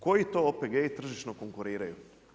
Koji to OPG-i tržišno konkuriraju?